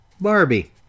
Barbie